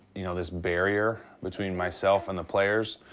you know, this barrier between myself and the players,